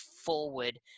forward